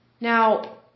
Now